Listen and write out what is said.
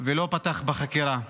ולא פתח בחקירה.